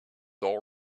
all